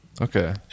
okay